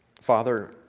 Father